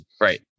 right